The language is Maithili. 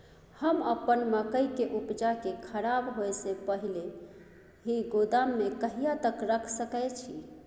हम अपन मकई के उपजा के खराब होय से पहिले ही गोदाम में कहिया तक रख सके छी?